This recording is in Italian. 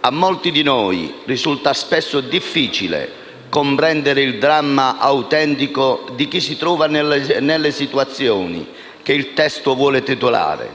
A molti di noi risulta spesso difficile comprendere il dramma autentico di chi si trova nelle situazioni che il testo vuole tutelare,